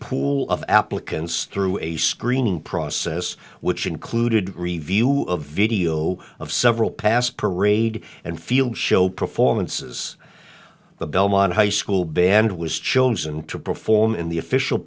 pool of applicants through a screening process which included review a video of several past parade and field show performances the belmont high school band was chosen to perform in the official